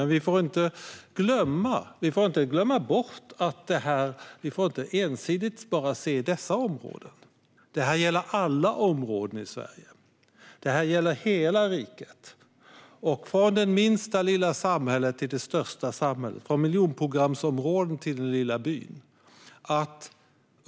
Men vi får inte bara ensidigt se dessa områden; detta gäller alla områden i Sverige. Det gäller hela riket, från minsta lilla samhälle till det största och från miljonprogramsområdet till den lilla byn.